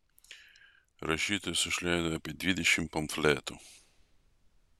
rašytojas išleido apie dvidešimt pamfletų